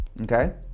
okay